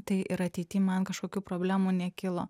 tai ir ateity man kažkokių problemų nekilo